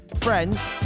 friends